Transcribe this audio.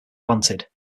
planted